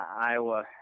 Iowa